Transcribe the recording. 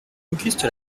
auguste